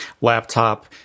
laptop